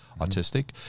Autistic